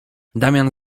damian